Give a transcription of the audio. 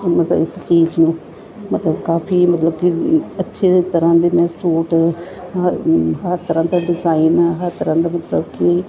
ਮਤਲਬ ਸਚਿਚਿੰਗ ਮਤਲਬ ਕਾਫੀ ਮਤਲਬ ਕਿ ਅੱਛੇ ਤਰ੍ਹਾਂ ਦੇ ਮੈਂ ਸੂਟ ਹਰ ਹਰ ਤਰ੍ਹਾਂ ਦਾ ਡਿਜ਼ਾਇਨ ਹਰ ਤਰ੍ਹਾਂ ਦਾ ਮਤਲਬ ਕਿ